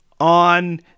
on